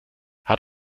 hat